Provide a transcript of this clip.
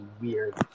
weird